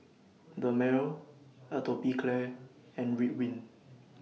Dermale Atopiclair and Ridwind